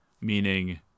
meaning